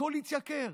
הכול התייקר,